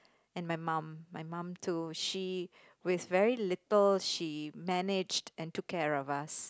and my mum my mum too she with very little she managed and took care of us